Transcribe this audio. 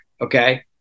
okay